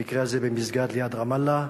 במקרה הזה במסגד ליד רמאללה.